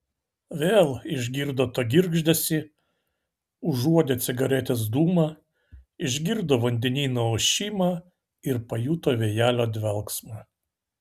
vėl išgirdo tą girgždesį užuodė cigaretės dūmą išgirdo vandenyno ošimą ir pajuto vėjelio dvelksmą